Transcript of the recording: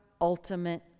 ultimate